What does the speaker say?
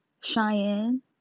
cheyenne